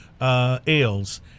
ales